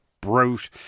Brute